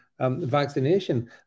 vaccination